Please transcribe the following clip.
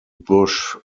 bush